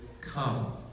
come